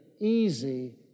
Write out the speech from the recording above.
easy